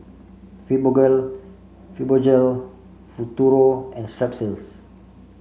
Fibogol Fibogel Futuro and Strepsils